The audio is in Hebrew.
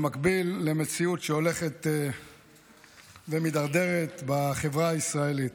במקביל למציאות שהולכת ומידרדרת בחברה הישראלית.